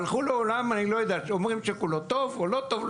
הלכו לעולם שאני לא יודע אומרים שכולו טוב או לא טוב,